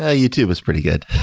ah youtube was pretty good.